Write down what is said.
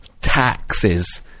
taxes